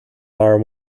are